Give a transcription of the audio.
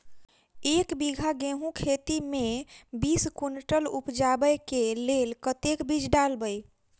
एक बीघा गेंहूँ खेती मे बीस कुनटल उपजाबै केँ लेल कतेक बीज डालबै?